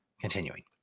Continuing